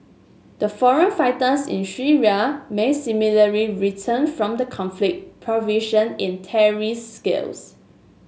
the foreign fighters in Syria may similarly return from the conflict proficient in terrorist skills